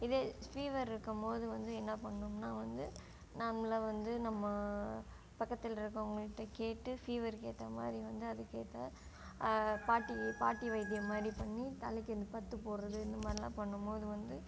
இதே ஃபீவர் இருக்கும்போது வந்து என்ன பண்ணுவோம்னா வந்து நார்மலாக வந்து நம்ம பக்கத்தில் இருக்கிறவங்கள்ட்ட கேட்டு ஃபீவருக்கு ஏற்ற மாதிரி வந்து அதுக்கு ஏற்ற பாட்டி பாட்டி வைத்தியம் மாதிரி பண்ணி தலைக்கு இந்த பத்து போடுறது இந்த மாதிரிலாம் பண்ணும்போது வந்து